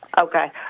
Okay